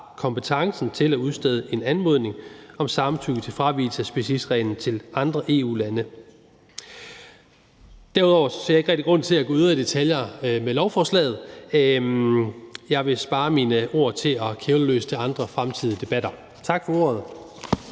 kompetencen til at udstede en anmodning om samtykke til fravigelse af specialitetsreglen til andre EU-lande. Derudover ser jeg ikke rigtig grund til at gå yderligere i detaljer med lovforslaget. Jeg vil spare mine ord til at kævle løs til andre fremtidige debatter. Tak for ordet.